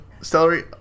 celery